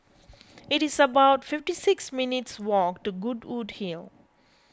it is about fifty six minutes' walk to Goodwood Hill